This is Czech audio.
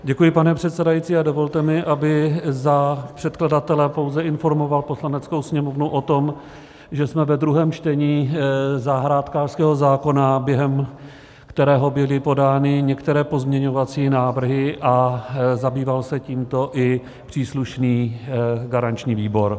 Děkuji, pane předsedající, a dovolte mi, abych za předkladatele pouze informoval Poslaneckou sněmovnu o tom, že jsme ve druhém čtení zahrádkářského zákona, během kterého byly podány některé pozměňovací návrhy a zabýval se tímto i příslušný garanční výbor.